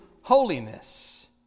holiness